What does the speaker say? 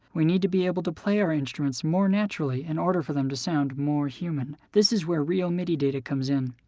we need to be able to play our instruments more naturally in order for them to sound more human. this is where real midi data comes in.